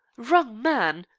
wrong man!